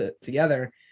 together